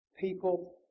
people